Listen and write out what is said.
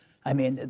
i mean,